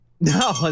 No